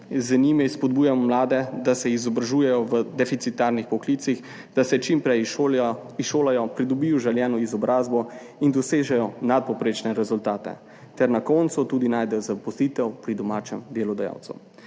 Z njimi spodbujamo mlade, da se izobražujejo v deficitarnih poklicih, da se čim prej izšolajo, pridobijo želeno izobrazbo in dosežejo nadpovprečne rezultate ter na koncu tudi najdejo zaposlitev pri domačem delodajalcu.